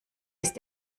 ist